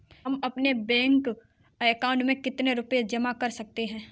हम अपने bank account में कितने रुपये जमा कर सकते हैं?